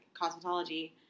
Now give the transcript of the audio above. cosmetology